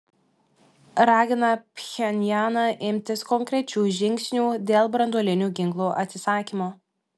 ragina pchenjaną imtis konkrečių žingsnių dėl branduolinių ginklų atsisakymo